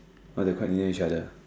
quite near each other